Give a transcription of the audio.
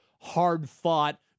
hard-fought